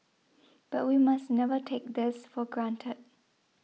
but we must never take this for granted